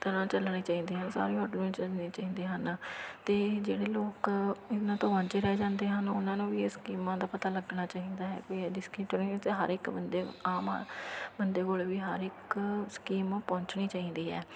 ਤਰ੍ਹਾਂ ਚੱਲਣੇ ਚਾਹੀਦੇ ਹਨ ਸਾਰੇ ਚੱਲਣੇ ਚਾਹੀਦੇ ਹਨ ਅਤੇ ਜਿਹੜੇ ਲੋਕ ਇਹਨਾਂ ਤੋਂ ਵਾਂਝੇ ਰਹਿ ਜਾਂਦੇ ਹਨ ਉਹਨਾਂ ਨੂੰ ਵੀ ਇਹ ਸਕੀਮਾਂ ਦਾ ਪਤਾ ਲੱਗਣਾ ਚਾਹੀਦਾ ਹੈ ਕੋਈ ਹਰ ਇੱਕ ਬੰਦੇ ਆਮ ਬੰਦੇ ਕੋਲ ਵੀ ਹਰ ਇੱਕ ਸਕੀਮ ਪਹੁੰਚਣੀ ਚਾਹੀਦੀ ਹੈ